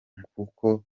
kuko